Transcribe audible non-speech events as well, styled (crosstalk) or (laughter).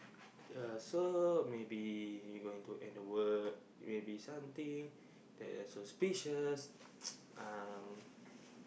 uh so maybe we going to end the work maybe something that is suspicious (noise) um